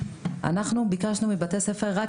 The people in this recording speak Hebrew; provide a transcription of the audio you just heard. אנחנו ביקשנו מבתי הספר והמכינות,